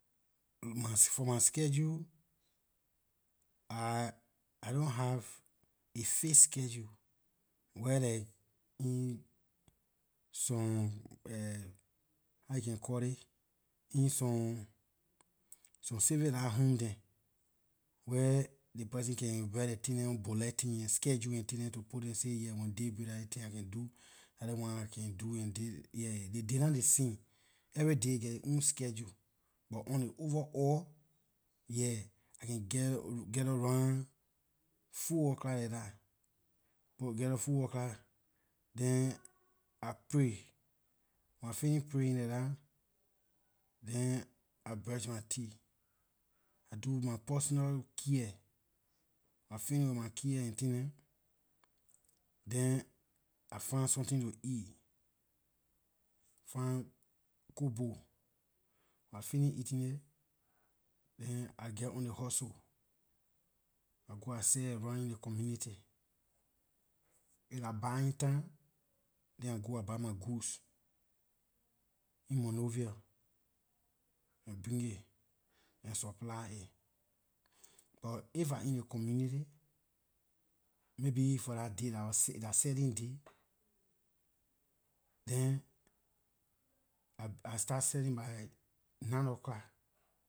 My for my schedule i- I don't have a fixed schedule where like in some how you can call ley in some civilize home dem where ley person can write their tin dem on bulletin and schedule and tin dem to put ley say yeah when daybreak dah ley tin I can do dah ley one I can do and yeah ley day nah ley same every day geh aay own schedule buh on ley overall yeah I can geh get around four o clock like dah get up four o clock then I pray when I fini praying like dah then I brush my teeth I do my personal care when I fini with my care and tin dem then I find something to eat find cook- bowl I fini eating it then I geh on ley hustle I go I seh around in ley community if dah buying time then I go I buy my goods in monrovia and bring aay and supply it buh if I in ley community maybe for lah day da wor dah selling day then i- I start selling by nine o clock